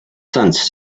sense